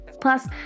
Plus